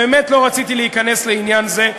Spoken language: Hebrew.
באמת לא רציתי להיכנס לעניין זה,